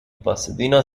pasadena